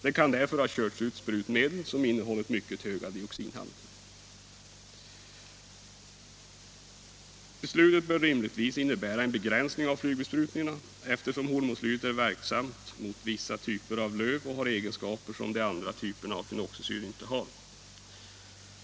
Det kan därför ha körts ut sprutmedel som innehållit mycket höga dioxinhalter. Hormoslyrbeslutet bör rimligtvis innebära en begränsning av flygbesprutningarna, eftersom hormoslyret är verksamt mot vissa typer av löv och har egenskaper som de andra typerna av fenoxisyror inte har.